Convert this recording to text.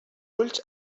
ulls